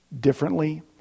differently